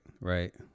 Right